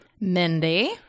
Mindy